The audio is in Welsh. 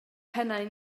pennau